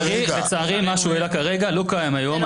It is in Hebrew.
לצערי מה שהוא העלה כרגע לא קיים היום.